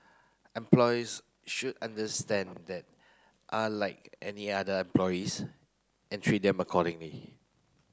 employers should understand that are like any other employees and treat them accordingly